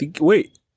Wait